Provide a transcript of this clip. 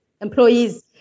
employees